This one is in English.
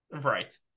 Right